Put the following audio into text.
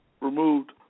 removed